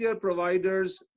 providers